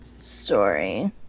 story